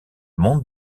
monde